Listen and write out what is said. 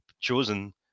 chosen